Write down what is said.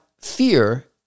fear